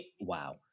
wow